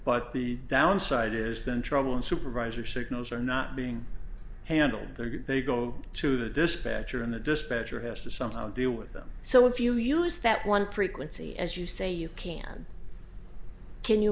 but the downside is then trouble and supervisor signals are not being handled they get they go to the dispatcher and the dispatcher has to somehow deal with them so if you use that one frequency as you say you can can you